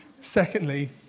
Secondly